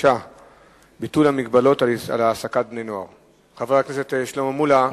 המסחר והתעסוקה ביום כ"ט בכסלו התש"ע (16 בדצמבר 2009):